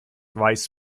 weiß